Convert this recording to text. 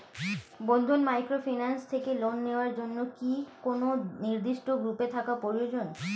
বন্ধন microfinance থেকে loan নেওয়ার জন্য কি কোন নির্দিষ্ট গ্রুপে থাকা প্রয়োজন?